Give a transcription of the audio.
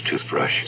toothbrush